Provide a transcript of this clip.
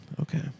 Okay